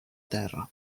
terra